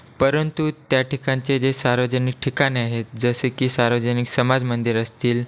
परंतु त्या ठिकाणचे जे सार्वजनिक ठिकाणे आहेत जसे की सार्वजनिक समाज मंदिर असतील